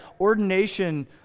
ordination